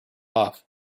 off